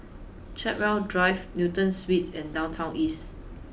Chartwell Drive Newton Suites and Downtown East